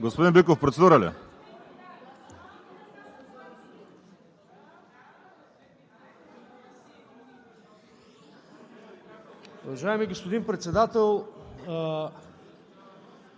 Господин Биков, процедура ли?